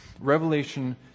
Revelation